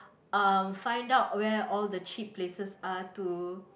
uh find out where all the cheap places are to